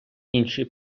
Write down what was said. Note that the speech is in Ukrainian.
інші